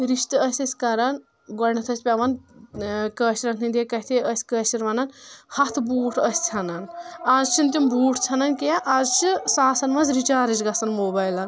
رشتہٕ ٲسۍ أسۍ کران گۄڈٕنٮ۪تھ ٲسۍ پٮ۪وان کٲشرٮ۪ن ہٕنٛدِ کتھِ أسۍ کٲشر ونان ہتھ بوٗٹھ ٲسۍ ژھینان آز چھنہٕ تِم بوٗٹھ ژھینان کینٛہہ آز چھِ ساسن منٛز رِچارٕج گژھان موبایلن